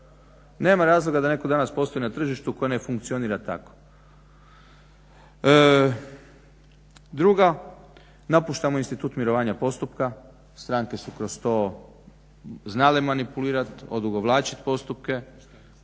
Nema razloga da netko danas posluje na tržištu koje ne funkcionira tako. Drugo, napuštamo institut mirovanja postupka. Stranke su kroz to znale manipulirati, odugovlačiti postupke. Skraćujemo